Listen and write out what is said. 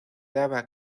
daba